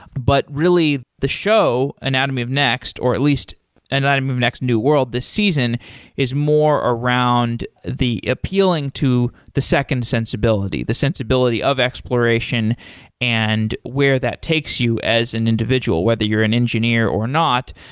but really, the show, anatomy of next, or at least anatomy of next new world this season is more around the appealing to the second sensibility, the sensibility of exploration and where that takes you as an individual, whether you're an engineer or not.